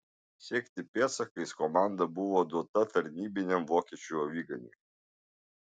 sekti pėdsakais komanda buvo duota tarnybiniam vokiečių aviganiui